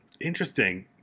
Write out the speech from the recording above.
Interesting